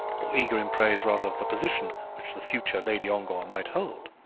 or eager in praise rather of the position which the future lady ongar might hold